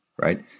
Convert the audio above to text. Right